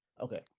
Okay